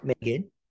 Megan